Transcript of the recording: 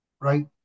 right